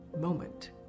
moment